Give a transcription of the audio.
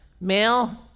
male